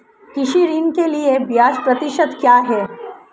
कृषि ऋण के लिए ब्याज प्रतिशत क्या है?